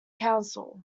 council